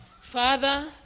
father